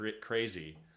crazy